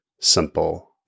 simple